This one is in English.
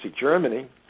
Germany